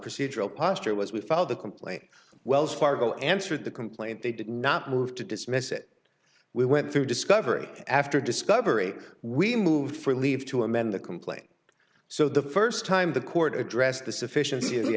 procedural posture was we filed the complaint wells fargo answered the complaint they did not move to dismiss it we went through discovery after discovery we moved for leave to amend the complaint so the first time the court addressed the sufficien